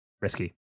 risky